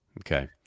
okay